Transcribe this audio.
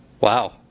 Wow